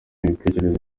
ibitekerezo